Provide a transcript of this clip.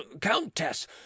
countess